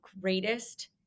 greatest